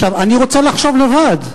אני רוצה לחשוב לבד.